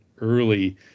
early